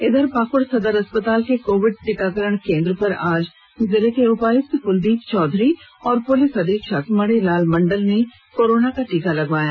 इधर पाकुड़ सदर अस्पताल के कोविड टीकाकरण केंद्र पर आज जिले के उपायुक्त कलदीप चौधरी और पुलिस अधीक्षक मणिलाल मंडल ने कोरोना का टीका लगवाया